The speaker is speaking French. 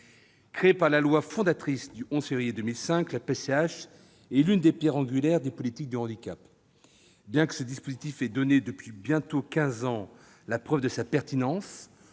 Créée par la loi fondatrice du 11 février 2005, la PCH est l'une des pierres angulaires des politiques du handicap. Bien que ce dispositif ait donné depuis bientôt quinze ans la preuve de sa pertinence,